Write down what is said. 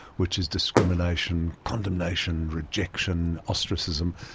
which is discrimination, condemnation, rejection, ostracism.